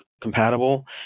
compatible